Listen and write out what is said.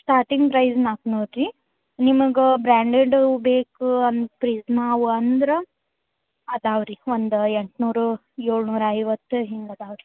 starting price ನಾಲ್ಕು ನೂರು ರೀ ನಿಮಗೆ ಬ್ರ್ಯಾನ್ಡೆಡ್ಡವು ಬೇಕು ಅಂತ ರೀ ನಾವು ಅಂದರ ಅದಾವೆ ರೀ ಒಂದು ಎಂಟು ನೂರು ಏಳು ನೂರ ಐವತ್ತು ಹಿಂಗೆ ಅದಾವೆ ರೀ